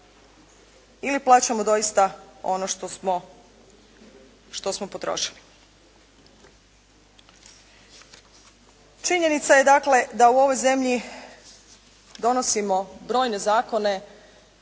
ili plaćamo doista ono što smo potrošili? Činjenica je dakle da u ovoj zemlji donosimo brojne zakone